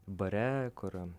bare kur